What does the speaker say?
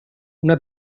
una